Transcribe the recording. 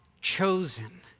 chosen